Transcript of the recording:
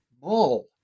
Mall